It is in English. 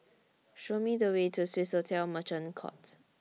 Show Me The Way to Swissotel Merchant Court